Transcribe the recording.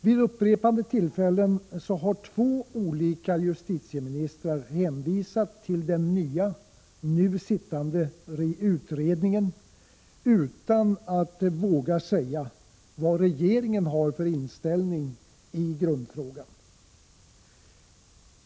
Vid upprepade tillfällen har två olika justitieministrar hänvisat till den nya, nu sittande utredningen utan att våga säga vad regeringen har för inställning i grundfrågan.